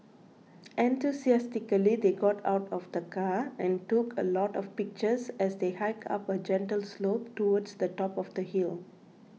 enthusiastically they got out of the car and took a lot of pictures as they hiked up a gentle slope towards the top of the hill